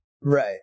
Right